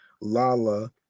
Lala